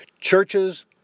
churches